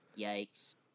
Yikes